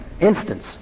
instance